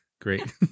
great